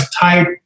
type